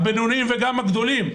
הבינוניים וגם הגדולים.